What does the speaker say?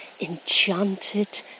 enchanted